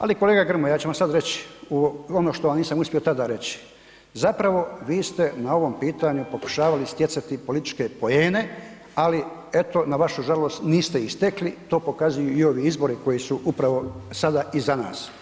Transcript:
Ali kolega Grmoja, ja ću vam sad reć ono što vam nisam uspio tada reći, zapravo vi ste na ovom pitanju pokušavali stjecati političke poene, ali eto na vašu žalost, niste ih stekli, to pokazuju i ovi izbori koji su upravo sada iza nas.